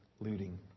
looting